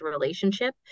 relationship